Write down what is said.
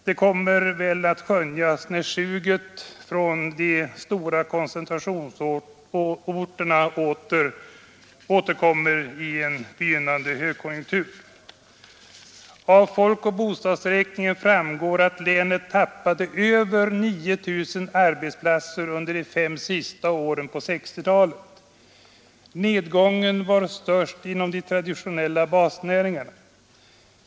Det kommer förmodligen att skönjas när ”suget” från de stora koncentrationsorterna åter kommer in i en högkonjunktur. Av folkoch bostadsräkningen framgår att länet tappade ca 9 000 arbetsplatser under de fem sista åren av 1960-talet. Nedgången var störst inom de traditionella basnäringarna.